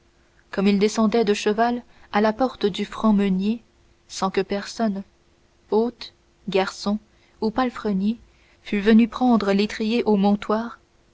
comme il descendait de cheval à la porte du franc meunier sans que personne hôte garçon ou palefrenier fût venu prendre l'étrier au montoir